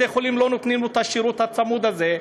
כשבתי-חולים לא נותנים את השירות הצמוד הזה,